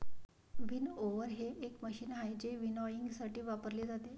winnower हे एक machine आहे जे विनॉयइंगसाठी वापरले जाते